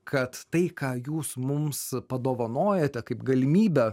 kad tai ką jūs mums padovanojote kaip galimybę